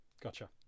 Gotcha